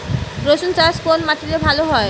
রুসুন চাষ কোন মাটিতে ভালো হয়?